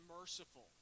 merciful